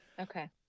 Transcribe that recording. Okay